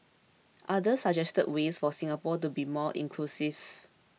others suggested ways for Singapore to be more inclusive